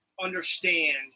understand